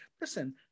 Listen